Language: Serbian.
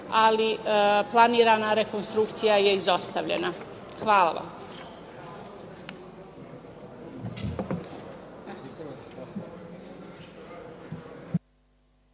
ali planirana rekonstrukcija je izostavljena. Hvala vam.